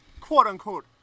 quote-unquote